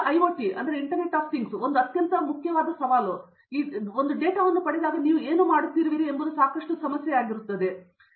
ಈಗ ಐಒಟಿ ಒಂದು ಅತ್ಯಂತ ಮುಖ್ಯವಾದ ಸವಾಲು ಈಗ ನೀವು ಈ ಡೇಟಾವನ್ನು ಪಡೆದಾಗ ಒಮ್ಮೆ ನೀವು ಏನು ಮಾಡುತ್ತಿರುವಿರಿ ಎಂಬುದು ಸಾಕಷ್ಟು ಸಮಸ್ಯೆಯಾಗಿರುತ್ತದೆ